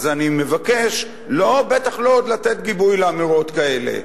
אז אני מבקש, בטח לא עוד לתת גיבוי לאמירות כאלה.